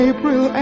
April